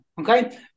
okay